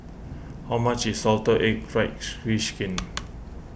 how much is Salted Egg fry she we Skin